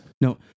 No